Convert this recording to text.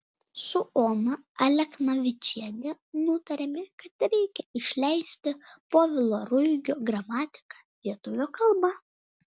su ona aleknavičiene nutarėme kad reikia išleisti povilo ruigio gramatiką lietuvių kalba